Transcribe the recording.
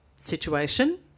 situation